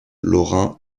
lorrain